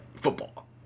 Football